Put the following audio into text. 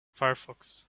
firefox